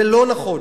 זה לא נכון.